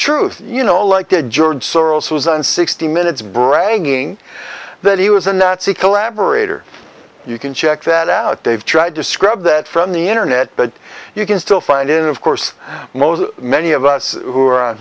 truth you know like a george soros was on sixty minutes bragging that he was a nazi collaborator you can check that out they've tried to scrub that from the internet but you can still find in of course most many of us who are on